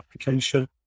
application